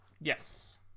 Yes